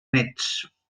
néts